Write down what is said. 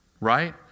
right